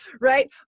right